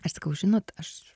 aš sakau žinot aš